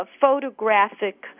photographic